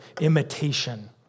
imitation